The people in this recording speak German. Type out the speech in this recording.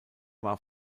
war